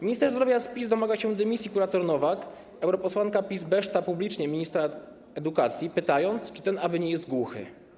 Minister zdrowia z PiS domaga się dymisji kurator Nowak, europosłanka PiS beszta publicznie ministra edukacji, pytając, czy ten aby nie jest głuchy.